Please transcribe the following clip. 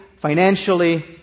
financially